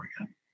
again